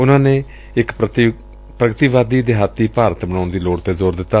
ਉਨਾਂ ਨੇ ਇਕ ਪ੍ਰਗਤੀਵਾਦੀ ਦਿਹਾਤੀ ਭਾਰਤ ਬਣਾਉਣ ਦੀ ਲੋੜ ਤੇ ਜ਼ੋਰ ਦਿੱਤਾ